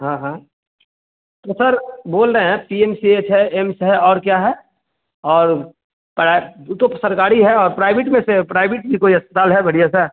हाँ हाँ तो सर बोल रहे हैं पी एम सी एच है एम्स है और क्या है और पराई ऊ तो सरकारी है और प्राइवेट में से प्राइवेट भी कोई अस्पताल है बढ़िया सा